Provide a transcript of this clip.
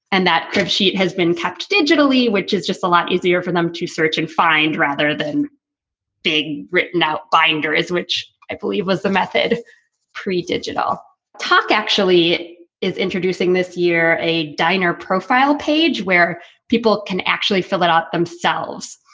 and that crib sheet has been kept digitally, which is just a lot easier for them to search and find rather than being written out. binder is which i believe was the method pre-digital talk actually is introducing this year a diner profile page where people can actually fill it out themselves.